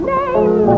name